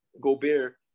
Gobert